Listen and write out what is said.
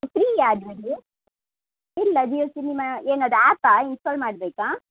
ಫ್ರೀಯ ಅದರಲ್ಲಿ ಇಲ್ಲ ಜಿಯೋ ಸಿನಿಮಾ ಏನು ಅದು ಆ್ಯಪಾ ಇನ್ಸ್ಟಾಲ್ ಮಾಡಬೇಕಾ